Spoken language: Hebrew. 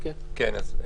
כי אחר כך נכנסים לפרטים.